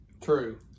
True